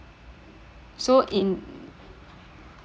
so in